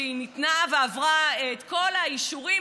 שהיא ניתנה ועברה את כל האישורים,